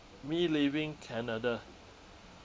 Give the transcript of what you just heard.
me leaving canada